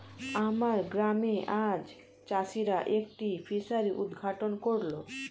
আমার গ্রামে আজ চাষিরা একটি ফিসারি উদ্ঘাটন করল